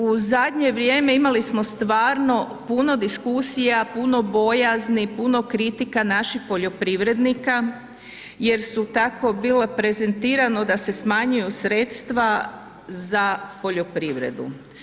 U zadnje vrijeme imali smo stvarno puno diskusija, puno bojazni, puno kritika naših poljoprivrednika jer je tako bilo prezentirano da se smanjuju sredstva za poljoprivredu.